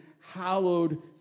hallowed